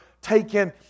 taken